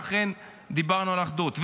שאכן דיברנו על אחדות.